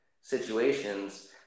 situations